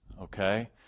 okay